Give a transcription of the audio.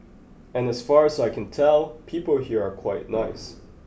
and as far as I can tell people here are quite nice